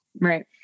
Right